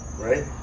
right